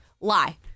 lie